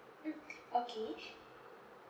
mm okay